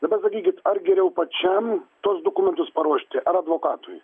dabar sakykit ar geriau pačiam tuos dokumentus paruošti ar advokatui